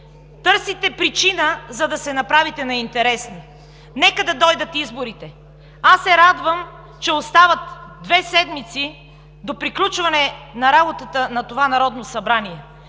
Търсите причина, за да се направите на интересни. Нека да дойдат изборите. Радвам се, че остават две седмици до приключване на работата на това Народно събрание,